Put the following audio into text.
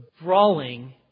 Brawling